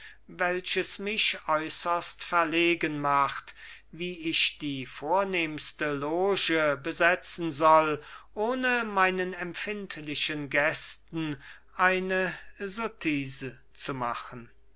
welches mich äußerst verlegen macht wie ich die vornehmste loge besetzen soll ohne meinen empfindlichen gästen eine sottise zu machen